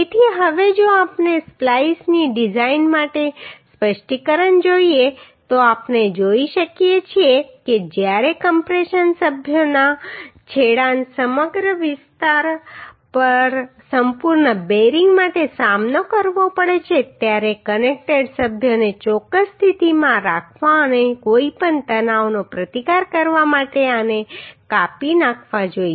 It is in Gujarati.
તેથી હવે જો આપણે સ્પ્લાઈસની ડીઝાઈન માટે સ્પષ્ટીકરણ જોઈએ તો આપણે જોઈ શકીએ છીએ કે જ્યારે કમ્પ્રેશન સભ્યોના છેડાને સમગ્ર વિસ્તાર પર સંપૂર્ણ બેરિંગ માટે સામનો કરવો પડે છે ત્યારે કનેક્ટેડ સભ્યોને ચોક્કસ સ્થિતિમાં રાખવા અને કોઈપણ તણાવનો પ્રતિકાર કરવા માટે આને કાપી નાખવા જોઈએ